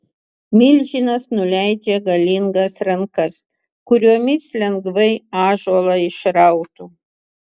milžinas nuleidžia galingas rankas kuriomis lengvai ąžuolą išrautų